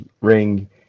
ring